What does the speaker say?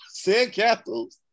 Sandcastles